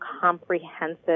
comprehensive